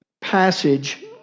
passage